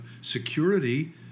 security